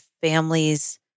families